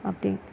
அப்படி